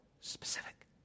specific